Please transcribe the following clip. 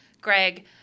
greg